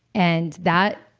and that,